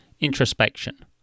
introspection